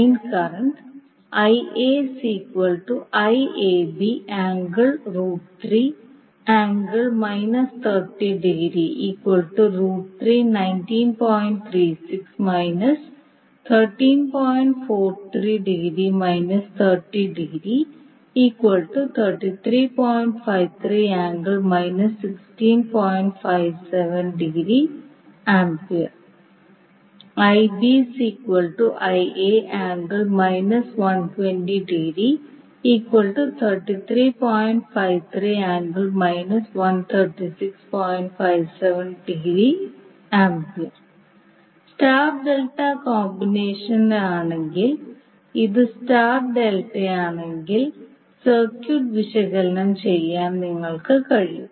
line current star delta കോമ്പിനേഷനിലാണെങ്കിൽ ഇത് star ഡെൽറ്റയാണെങ്കിൽ സർക്യൂട്ട് വിശകലനം ചെയ്യാൻ നിങ്ങൾക്ക് കഴിയും